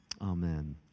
Amen